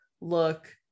look